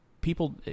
People